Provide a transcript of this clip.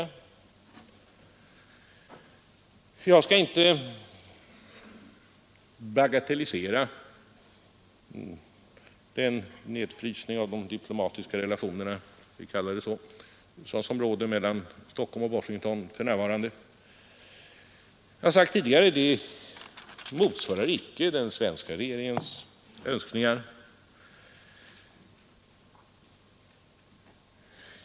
Jag skall inte här bagatellisera den nedfrysning av de diplomatiska relationerna — vi kallar ju det så — som för närvarande råder mellan Stockholm och Washington. Som jag tidigare sagt motsvarar den inte den svenska regeringens önskningar.